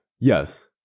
Yes